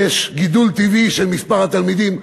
יש גידול טבעי של מספר התלמידים.